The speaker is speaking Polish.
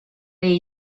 jej